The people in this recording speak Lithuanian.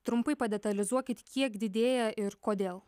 trumpai padetalizuokit kiek didėja ir kodėl